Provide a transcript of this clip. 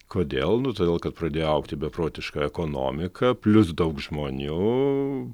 kodėl nu todėl kad pradėjo augti beprotiška ekonomika plius daug žmonių